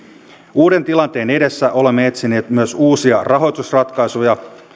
uuden tilanteen edessä olemme etsineet myös uusia rahoitusratkaisuja